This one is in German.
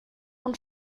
von